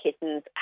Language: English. kittens